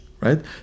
right